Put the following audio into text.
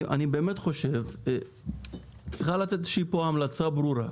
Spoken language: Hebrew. אני באמת חושב שצריכה לצאת איזו שהיא פה המלצה ברורה,